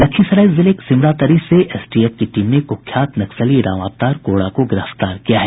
लखीसराय जिले के सिमरातरी से एसटीएफ की टीम ने कुख्यात नक्सली रामावतार कोड़ा को गिरफ्तार किया है